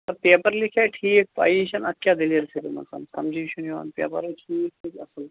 سَر paper لیٖکھٲے ٹھیٖک پیِی چھےٚ نہٕ اتھ کیٛاہ دٔلیٖل چھےٚ گٲمٕژن سَمجٕے چھُنہٕ یِوان پیٚپر ہےٚ ٹھیٖک لیٖکھ اصٕل